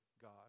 God